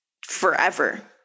forever